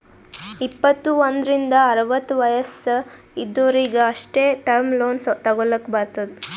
ಇಪ್ಪತ್ತು ಒಂದ್ರಿಂದ್ ಅರವತ್ತ ವಯಸ್ಸ್ ಇದ್ದೊರಿಗ್ ಅಷ್ಟೇ ಟರ್ಮ್ ಲೋನ್ ತಗೊಲ್ಲಕ್ ಬರ್ತುದ್